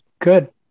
Good